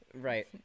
Right